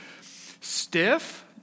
stiff